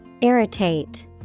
irritate